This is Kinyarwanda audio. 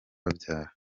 babyara